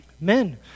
Men